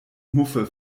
muffe